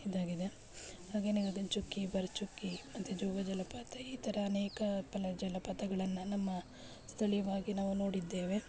ಇದಾಗಿದೆ ಹಾಗೆಯೇ ಗಗನ ಚುಕ್ಕಿ ಭರ ಚುಕ್ಕಿ ಮತ್ತೆ ಜೋಗ ಜಲಪಾತ ಈ ಥರ ಅನೇಕ ಪಲ ಜಲಪಾತಗಳನ್ನು ನಮ್ಮ ಸ್ಥಳೀಯವಾಗಿ ನಾವು ನೋಡಿದ್ದೇವೆ